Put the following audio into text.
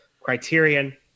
Criterion